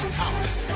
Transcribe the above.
house